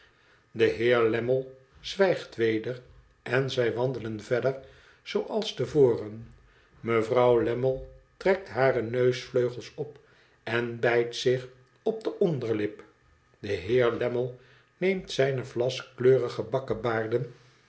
de heer lammie zwijgt weder en zij wandelen verder zooals te voren mevrouw lammie trekt hare neusvleugels open bijt zich op de onderlip de heer lammie neemt zijne